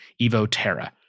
evoterra